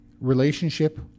relationship